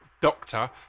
doctor